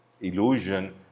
illusion